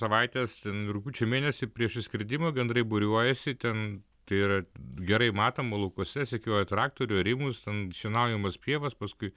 savaitės rugpjūčio mėnesį prieš išskridimą gandrai būriuojasi ten tai yra gerai matoma laukuose sekioja traktorių arimus ten šienaujamas pievas paskui